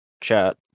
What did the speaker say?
chat